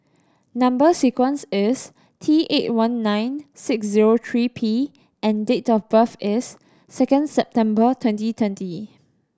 number sequence is T eight one nine six zero three P and date of birth is second September twenty twenty